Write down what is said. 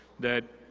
that,